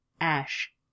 Ash